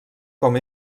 com